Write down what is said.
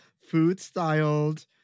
food-styled